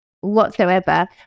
whatsoever